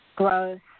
growth